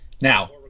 now